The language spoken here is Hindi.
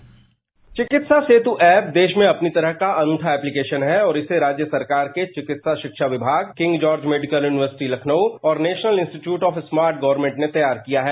डिस्पैच चिकित्सा सेतु ऐप देश में अपनी तरह का अनूठा एप्लीकेशन है और इसे राज्य सरकार के चिकित्सा शिक्षा विभाग King George Medical University Lucknow और National Institute of Smart Government ने तैयार किया है